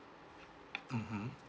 mmhmm